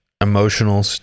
emotional